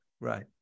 Right